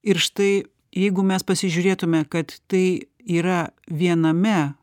ir štai jeigu mes pasižiūrėtume kad tai yra viename